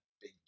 big